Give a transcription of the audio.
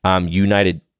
United